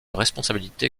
responsabilité